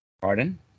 Pardon